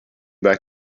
back